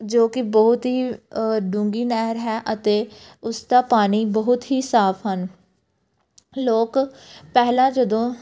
ਜੋ ਕਿ ਬਹੁਤ ਹੀ ਡੂੰਘੀ ਨਹਿਰ ਹੈ ਅਤੇ ਉਸ ਦਾ ਪਾਣੀ ਬਹੁਤ ਹੀ ਸਾਫ ਹਨ ਲੋਕ ਪਹਿਲਾਂ ਜਦੋਂ